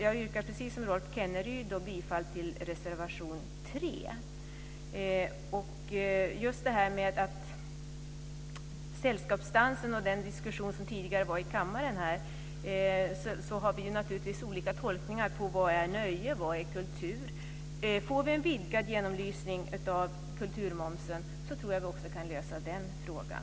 Jag yrkar precis som Rolf Kenneryd bifall till reservation 3. Just med tanke på sällskapsdansen och den diskussion som tidigare förts i kammaren kan jag notera att vi naturligtvis har olika tolkningar av vad som är nöje och vad som är kultur. Får vi en vidgad genomlysning av kulturmomsen tror jag att vi också kan finna en lösning på den frågan.